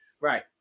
Right